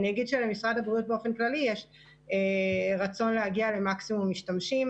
למשרד הבריאות באופן כללי יש רצון להגיע למקסימום משתמשים,